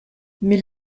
mais